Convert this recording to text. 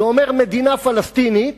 ואומר: מדינה פלסטינית,